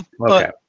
Okay